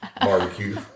barbecue